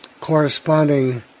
corresponding